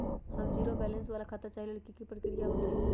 हम zero balance वाला खाता चाहइले वो लेल की की प्रक्रिया होतई?